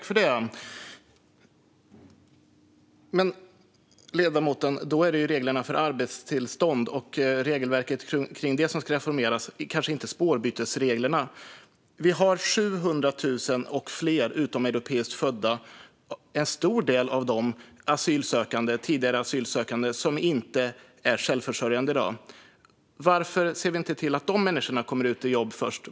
Fru talman! Då är det väl reglerna för arbetstillstånd och regelverket kring det som ska reformeras, kanske inte spårbytesreglerna. Vi har 700 000 och fler utomeuropeiskt födda, en stor del av dem asylsökande och tidigare asylsökande, som inte är självförsörjande i dag. Varför ser vi inte till att de människorna kommer ut i jobb först?